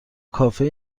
کافه